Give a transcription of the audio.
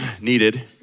needed